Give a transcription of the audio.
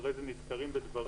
אחרי כן נזכרים בדברים.